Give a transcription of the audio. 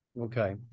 Okay